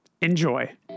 enjoy